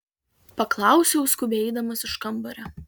paklausiau skubiai eidamas iš kambario